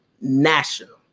national